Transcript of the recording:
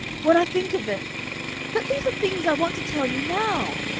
when i think of it but these are things i want to tell you now!